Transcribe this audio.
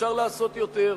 אפשר לעשות יותר,